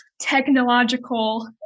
technological